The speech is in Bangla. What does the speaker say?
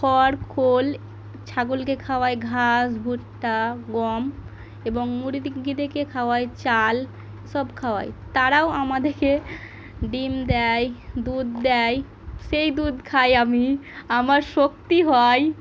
খড় খোল ছাগলকে খাওয়াই ঘাস ভুট্টা গম এবং মুরগিদেকে খাওয়াই চাল সব খাওয়াই তারাও আমাদেকে ডিম দেয় দুধ দেয় সেই দুধ খাই আমি আমার শক্তি হয়